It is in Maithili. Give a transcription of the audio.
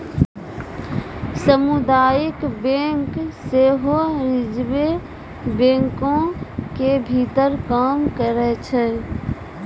समुदायिक बैंक सेहो रिजर्वे बैंको के भीतर काम करै छै